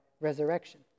resurrection